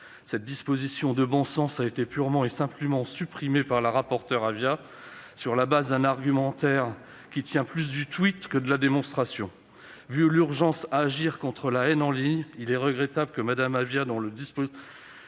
cette disposition de bon sens a été purement et simplement supprimée par la rapporteure Laetitia Avia sur la base d'un argumentaire qui tient plus du tweet que de la démonstration ... Vu l'urgence à agir contre la haine en ligne, il est regrettable que Mme Avia,